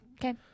Okay